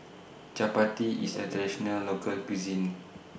Chapati IS A Traditional Local Cuisine